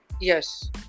Yes